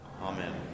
Amen